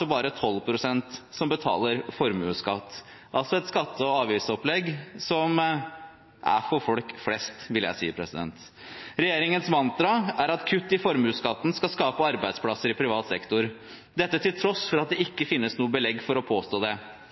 det bare 12 pst, som betaler formuesskatt – altså et skatte- og avgiftsopplegg som er for folk flest, vil jeg si. Regjeringens mantra er at kutt i formuesskatten skal skaffe arbeidsplasser i privat sektor, dette til tross for at det ikke finnes noe belegg for å påstå det.